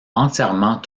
entièrement